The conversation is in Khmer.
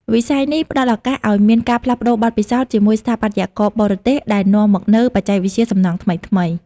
វិស័យនេះផ្ដល់ឱកាសឱ្យមានការផ្លាស់ប្តូរបទពិសោធន៍ជាមួយស្ថាបត្យករបរទេស ដែលនាំមកនូវបច្ចេកវិទ្យាសំណង់ថ្មីៗ។